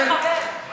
כן,